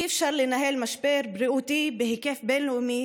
אי-אפשר לנהל משבר בריאותי בהיקף בין-לאומי